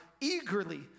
eagerly